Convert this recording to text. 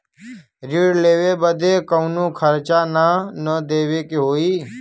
ऋण लेवे बदे कउनो खर्चा ना न देवे के होई?